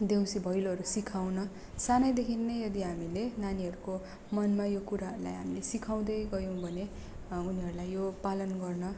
देउसी भैलोहरू सिकाउन सानैदेखिन् नै यदि हामीले नानीहरूको मनमा यो कुराहरूलाई हामीले सिखाउँदै गयौँ भने उनीहरलाई यो पालन गर्न